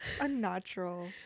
unnatural